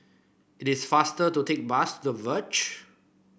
it is faster to take The Verge